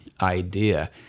idea